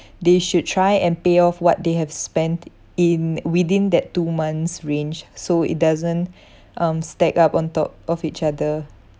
they should try and pay off what they have spent in within that two months range so it doesn't um stack up on top of each other